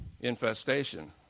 infestation